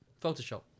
Photoshop